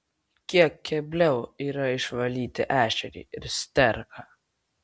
kiek kebliau yra išvalyti ešerį ir sterką